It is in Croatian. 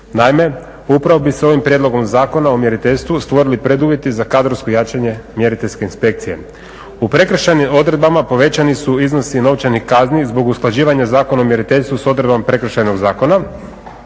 Naime, upravo bi se ovim Prijedlogom zakona o mjeriteljstvu stvorili preduvjeti za kadrovsko jačanje mjeriteljske inspekcije. U prekršajnim odredbama povećani su iznosi novčanih kazni zbog usklađivanja Zakona o mjeriteljstvu s odredbom prekršajnog zakona,